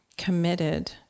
committed